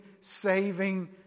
saving